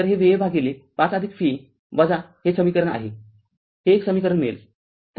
तरते Va भागिले ५ Va हे समीकरण आहे हे एक समीकरण मिळेल